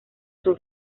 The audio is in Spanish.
sus